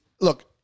look